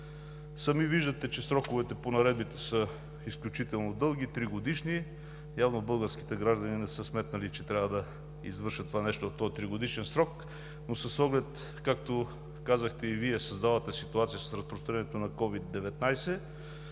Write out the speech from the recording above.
Сами виждате, че сроковете по наредбите са изключително дълги – тригодишни. Явно българските граждани не са сметнали, че трябва да извършат това нещо в този тригодишен срок, но с оглед, както казахте и Вие, създалата се ситуация с разпространението на COVID-19,